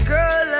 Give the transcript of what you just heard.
Girl